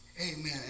Amen